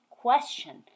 question